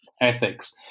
ethics